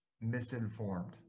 misinformed